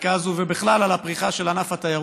החקיקה הזאת, ובכלל על הפריחה של התיירות.